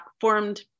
formed